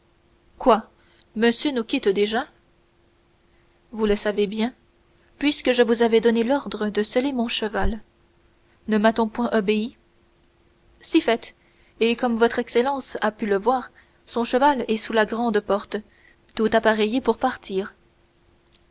quoi monsieur nous quitte déjà vous le savez bien puisque je vous avais donné l'ordre de seller mon cheval ne m'a-t-on point obéi si fait et comme votre excellence a pu le voir son cheval est sous la grande porte tout appareillé pour partir